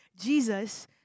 Jesus